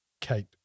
Kate